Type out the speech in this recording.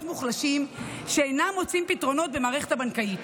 מוחלשים שאינם מוצאים פתרונות במערכת הבנקאית.